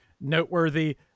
noteworthy